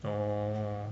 orh